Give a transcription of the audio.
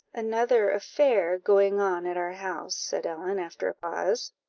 another affair going on at our house, said ellen, after a pause.